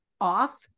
off